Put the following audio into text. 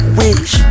wish